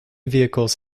vehicles